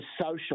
social